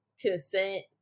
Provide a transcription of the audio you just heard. consent